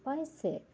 পাইছে